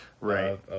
Right